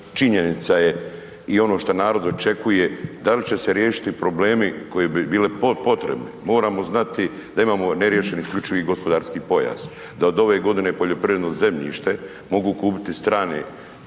činjenica je i ono šta narod očekuje da li će se riješiti problemi koji bi bili potrebni. Moramo znati da imamo neriješen isključivi gospodarski pojas, da od ove godine poljoprivredno zemljište mogu kupiti strane